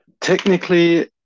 Technically